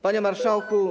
Panie Marszałku!